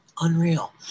Unreal